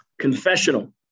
Confessional